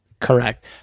correct